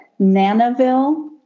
Nanaville